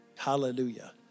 Hallelujah